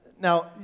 Now